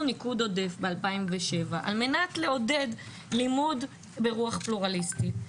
ניקוד עודף ב-2007 על מנת לעודד לימוד ברוח פלורליסטית,